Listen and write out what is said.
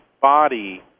body